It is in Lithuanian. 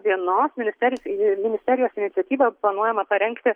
vienos ministerijos ministerijos iniciatyva planuojama parengti